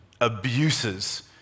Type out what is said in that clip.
abuses